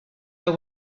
the